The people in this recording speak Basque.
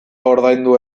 ordaindu